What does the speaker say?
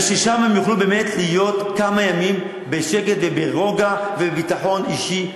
וששם יוכלו באמת להיות כמה ימים בשקט וברוגע ובביטחון אישי,